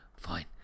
Fine